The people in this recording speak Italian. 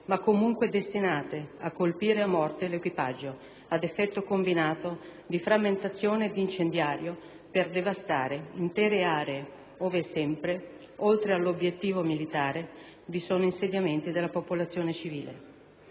ma comunque destinate a colpire a morte l'equipaggio, ad effetto combinato di frammentazione ed incendiario, per devastare intere aree, ove sempre, oltre all'obiettivo militare vi sono insediamenti della popolazione civile.